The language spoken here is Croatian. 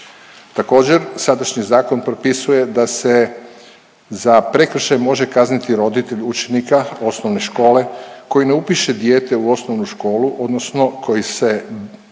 Također sadašnji zakon propisuje da se za prekršaj može kazniti roditelji učenika osnovne škole koji ne upiše dijete u osnovnu školu odnosno koji se